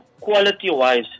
quality-wise